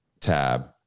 tab